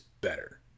better